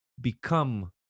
become